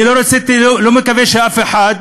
אני לא מקווה שאחד